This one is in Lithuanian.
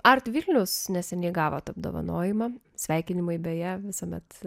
art vilnius neseniai gavote apdovanojimą sveikinimai beje visuomet